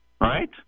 Right